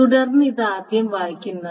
തുടർന്ന് ഇത് ആദ്യം വായിക്കുന്നത്